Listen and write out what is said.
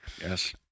Yes